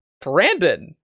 Brandon